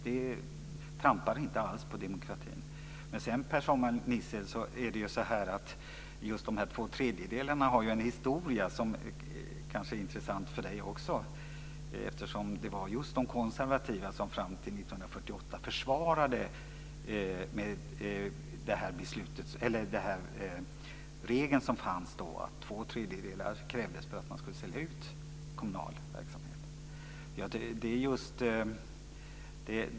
Det trampar inte alls på demokratin. Men sedan har ju just de två tredjedelarna en historia som kanske är intressant också för Per-Samuel Nisser, eftersom det var just de konservativa som fram till 1948 försvarade regeln att två tredjedelars majoritet krävdes för att man skulle sälja ut kommunal verksamhet.